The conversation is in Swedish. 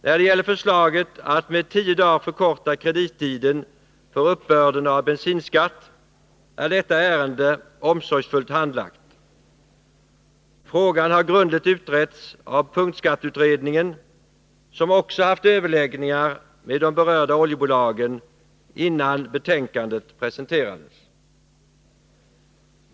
Beträffande förslaget att med tio dagar förkorta kredittiden för uppbörden av bensinskatt så är detta ärende omsorgsfullt handlagt. Frågan har grundligt utretts av punktskatteutredningen, som också haft överläggningar med de berörda oljebolagen innan betänkandet presenterades.